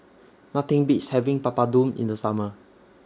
Nothing Beats having Papadum in The Summer